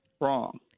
wrong